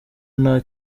nta